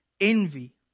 envy